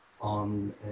on